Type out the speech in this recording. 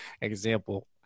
example